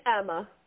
Emma